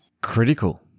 Critical